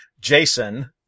Jason